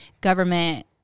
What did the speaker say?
government